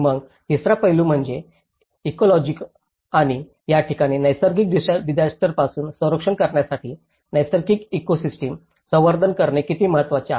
मग तिसरा पैलू म्हणजे इकॉलॉजि आणि या ठिकाणी नैसर्गिक डिसास्टरंपासून संरक्षण करण्यासाठी नैसर्गिक इकोसिस्टिम संवर्धन करणे किती महत्त्वाचे आहे